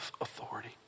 authority